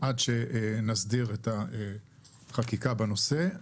עד שנסדיר את החקיקה בנושא.